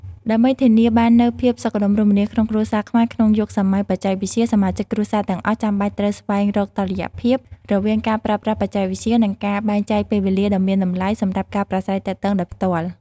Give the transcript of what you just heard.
ដើម្បីធានាបាននូវភាពសុខដុមរមនាក្នុងគ្រួសារខ្មែរក្នុងយុគសម័យបច្ចេកវិទ្យា សមាជិកគ្រួសារទាំងអស់ចាំបាច់ត្រូវ ស្វែងរកតុល្យភាព រវាងការប្រើប្រាស់បច្ចេកវិទ្យា និងការបែងចែកពេលវេលាដ៏មានតម្លៃសម្រាប់ការប្រាស្រ័យទាក់ទងដោយផ្ទាល់។